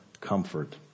comfort